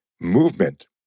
movement